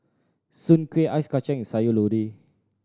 soon kway ice kacang and Sayur Lodeh